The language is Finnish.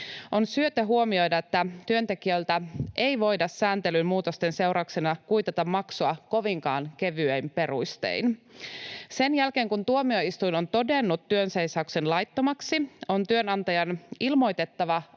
On syytä huomioida, että työntekijöiltä ei voida sääntelyn muutosten seurauksena kuitata maksua kovinkaan kevyin perustein. Sen jälkeen, kun tuomioistuin on todennut työnseisauksen laittomaksi, on työnantajan ilmoitettava